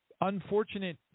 unfortunate